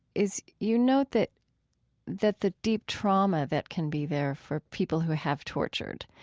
is you note that that the deep trauma that can be there for people who have tortured,